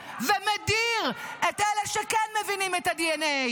ומדיר את אלה שכן מבינים את הדנ"א,